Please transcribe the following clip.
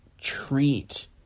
treat